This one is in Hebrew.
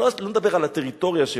אני לא מדבר על הטריטוריה שהפסדנו,